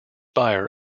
buyer